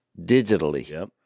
digitally